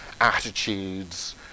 attitudes